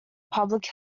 public